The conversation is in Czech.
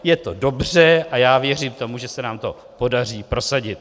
Je to dobře a já věřím tomu, že se nám to podaří prosadit.